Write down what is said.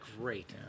Great